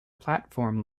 platform